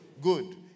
good